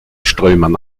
strömen